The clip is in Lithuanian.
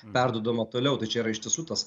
perduodama toliau tai čia yra iš tiesų tas